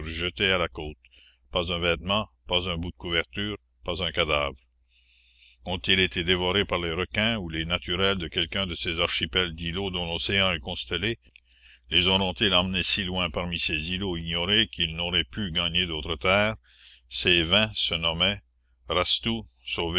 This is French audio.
jetés à la côte pas un vêtement pas un bout de couverture pas un cadavre la commune ont-ils été dévorés par les requins ou les naturels de quelqu'un de ces archipels d'îlots dont l'océan est constellé les auront-ils emmenés si loin parmi ces îlots ignorés qu'ils n'auraient pu gagner d'autres terres ces vingt se nommaient rastoud